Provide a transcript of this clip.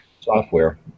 software